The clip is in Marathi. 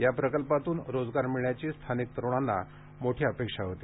या प्रकल्पातून रोजगार मिळण्याची स्थानिक तरुणांना मोठी अपेक्षा होती